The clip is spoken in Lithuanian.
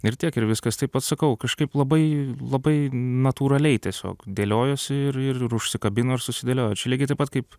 ir tiek ir viskas taip atsakau kažkaip labai labai natūraliai tiesiog dėliojosi ir ir ir užsikabino ir susidėliojo čia lygiai taip pat kaip